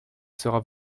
sera